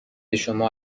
شما